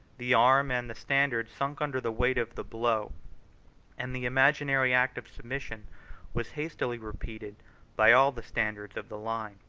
the arm, and the standard, sunk under the weight of the blow and the imaginary act of submission was hastily repeated by all the standards of the line.